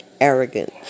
arrogance